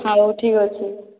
ହଉ ଠିକ୍ଅଛି